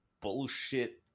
bullshit